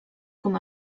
com